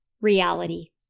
reality